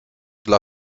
dla